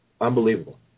unbelievable